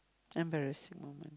embarrassing moment